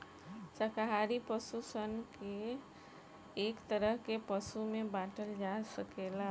शाकाहारी पशु सन के एक तरह के पशु में बाँटल जा सकेला